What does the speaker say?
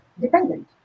dependent